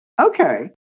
okay